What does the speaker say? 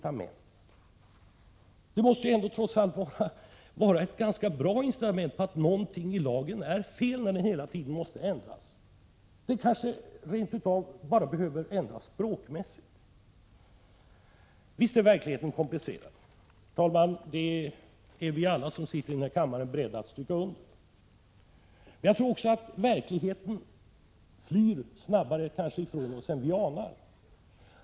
Att lagen hela tiden ändras måste trots allt sägas vara ett tydligt tecken på att någonting i lagen är felaktigt. Lagen behöver kanske bara ändras språkligt. Herr talman! Visst är verkligheten komplicerad. Det är alla här i kammaren beredda att hålla med om, men jag tror också att verkligheten kan fly snabbare ifrån oss än vi anar.